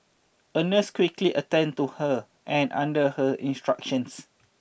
a nurse quickly attended to her and under her instructions